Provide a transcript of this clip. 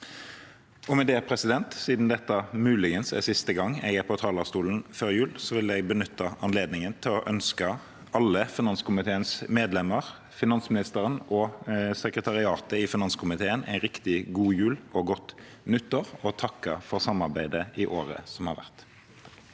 merknader. Med det, siden dette muligens er siste gang jeg er på talerstolen før jul, vil jeg benytte anledningen til å ønske alle finanskomiteens medlemmer, finansministeren og sekretariatet i finanskomiteen en riktig god jul og et godt nytt år, og takke for samarbeidet i året som har vært.